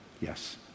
Yes